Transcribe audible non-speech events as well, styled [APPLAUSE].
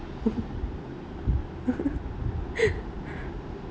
[LAUGHS]